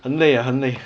很累 ah 很累